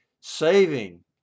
saving